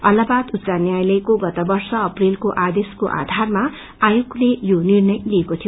ईलाहाबाद उच्च न्यायालयको गत वर्ष अप्रेलको आदेशको आधारमा आयोगले यो निर्णय लिएको थियो